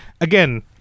again